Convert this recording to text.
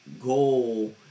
goal